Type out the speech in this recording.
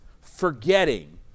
forgetting